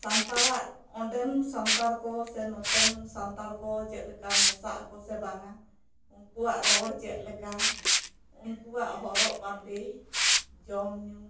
ᱥᱟᱱᱛᱟᱲᱟᱜ ᱚᱸᱰᱮᱱ ᱥᱟᱱᱛᱟᱲ ᱠᱚ ᱥᱮ ᱱᱚᱱᱛᱮᱱ ᱥᱟᱱᱛᱟᱲ ᱠᱚ ᱪᱮᱫ ᱞᱮᱠᱟ ᱢᱮᱥᱟᱜ ᱟᱠᱚ ᱥᱮ ᱵᱟᱝᱟ ᱩᱱᱠᱩᱣᱟᱜ ᱨᱚᱲ ᱪᱮᱫ ᱞᱮᱠᱟ ᱩᱱᱠᱩᱭᱟᱜ ᱦᱚᱨᱚᱜ ᱵᱟᱸᱫᱮ ᱡᱚᱢ ᱧᱩ